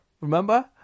Remember